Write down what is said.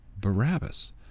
Barabbas